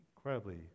incredibly